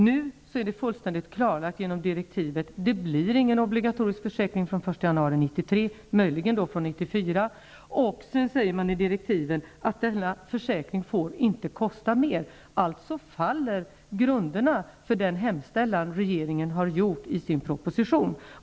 Nu är det fullständigt klarlagt genom givna direk tiv: Det blir ingen obligatorisk försäkring från den Vidare sägs det i direktiven att denna försäkring inte får kosta mer. Grunderna för regeringens hemställan i sin proposition faller alltså så att säga.